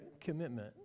commitment